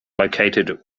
located